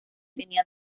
tenía